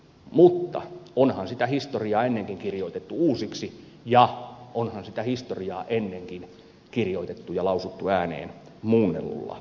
mutta onhan sitä historiaa ennenkin kirjoitettu uusiksi ja onhan sitä historiaa ennenkin kirjoitettu ja lausuttu ääneen muunnellulla tavalla